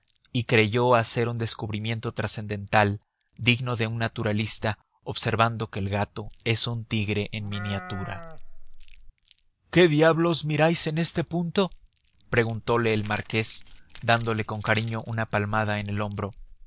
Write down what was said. y creyó hacer un descubrimiento trascendental digno de un naturalista observando que el gato es un tigre en miniatura qué diablo miráis en ese punto preguntole el marqués dándole con cariño una palmada en el hombro